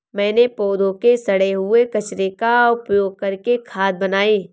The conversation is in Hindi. मैंने पौधों के सड़े हुए कचरे का उपयोग करके खाद बनाई